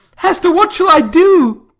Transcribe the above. hester, what shall i do?